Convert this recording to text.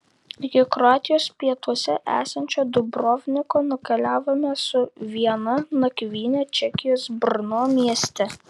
iki kroatijos pietuose esančio dubrovniko nukeliavome su viena nakvyne čekijos brno mieste